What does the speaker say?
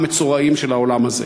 המצורעים של העולם הזה.